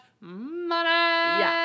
money